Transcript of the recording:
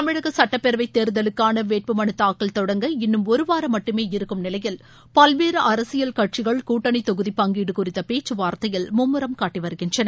தமிழக சுட்டப்பேரவைத் தோ்தலுக்கான வேட்புமனு தாக்கல் தொடங்க இன்னும் ஒரு வாரம் மட்டுமே இருக்கும் நிலையில் பல்வேறு அரசியல் கட்சிகள் கூட்டணி தொகுதி பங்கீடு குறித்த பேச்சுவார்த்தையில் மும்முரம் காட்டி வருகின்றன